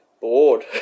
bored